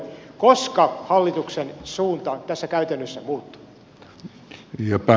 koska hallituksen suunta tässä käytännössä muuttuu